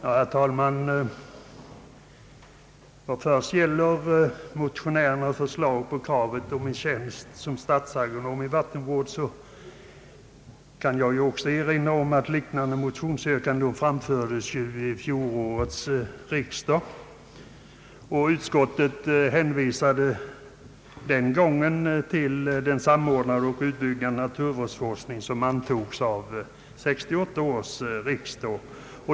Herr talman! Vad först gäller motionärernas yrkande om en tjänst som statsagronom i vattenvård, kan jag erinra om att liknande motionsyrkanden framställdes vid fjolårets riksdag. Utskottet hänvisade den gången till den samordnade och utbyggda naturvårdsforskning som beslöts av 1968 års riksdag.